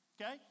okay